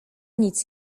nic